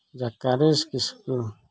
ᱡᱟᱠᱟᱨᱤᱥ ᱠᱤᱥᱠᱩ